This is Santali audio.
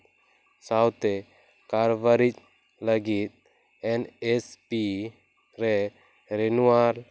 ᱥᱟᱶᱛᱮ ᱠᱟᱨᱵᱟᱨᱤᱡ ᱞᱟᱹᱜᱤᱫ ᱮᱱ ᱮᱥ ᱯᱤ ᱨᱮ ᱨᱮᱱᱩᱣᱟᱞ